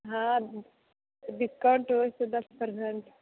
हँ डिस्काउंट होइ छै दस पर्सेन्ट